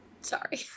Sorry